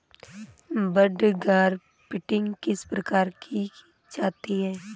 बड grafting किस प्रकार की जाती है?